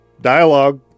Dialogue